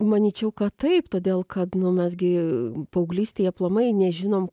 manyčiau kad taip todėl kad nu mes gi paauglystėj aplamai nežinom